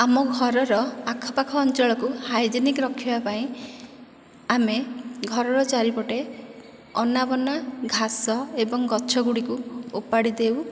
ଆମ ଘରର ଆଖପାଖ ଅଞ୍ଚଳକୁ ହାଇଜିନିକ୍ ରଖିବା ପାଇଁ ଆମେ ଘରର ଚାରିପଟେ ଅନାବନା ଘାସ ଏବଂ ଗଛ ଗୁଡ଼ିକୁ ଓପାଡ଼ି ଦେଉ